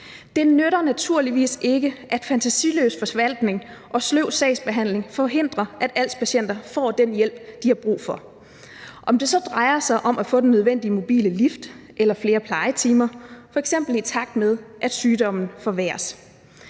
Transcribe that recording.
Det nytter naturligvis ikke, at fantasiløs forvaltning og sløv sagsbehandling forhindrer, at als-patienter får den hjælp, de har brug for, om det så drejer sig om at få den nødvendige mobile lift eller flere plejetimer, f.eks. i takt med at sygdommen forværres.